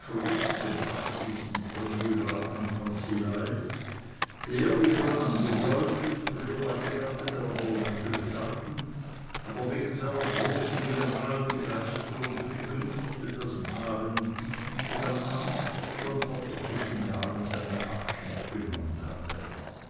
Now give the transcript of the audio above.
und abschließend premierleutnant von szilagy der wie schon angedeutet früher bei den gardedragonern gestanden aber wegen einer großen generalbegeisterung für die künste das malen und dichten obenan schon vor etlichen jahren seinen abschied genommen hatte